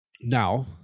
now